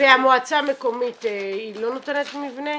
והמועצה המקומית לא יכולה להקצות מבנה?